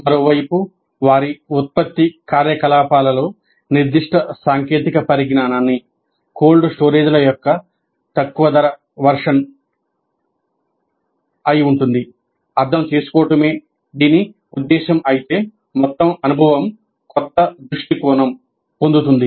మరోవైపు వారి ఉత్పత్తి కార్యకలాపాలలో నిర్దిష్ట సాంకేతిక పరిజ్ఞానాన్ని పొందుతుంది